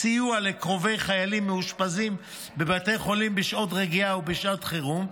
"סיוע לקרובי חיילים מאושפזים בבתי חולים בשעת רגיעה ובשעת חירום",